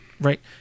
right